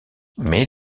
mais